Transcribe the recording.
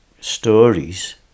stories